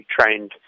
trained